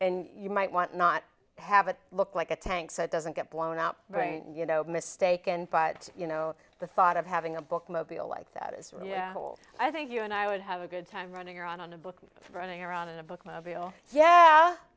and you might want not have it look like a tank so it doesn't get blown out brain you know mistaken but you know the thought of having a bookmobile like that is yeah i think you and i would have a good time running around on a book for running around in a book deal yeah